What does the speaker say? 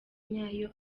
nyayo